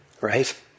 right